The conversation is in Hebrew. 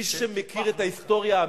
מי שמכיר את ההיסטוריה האמיתית,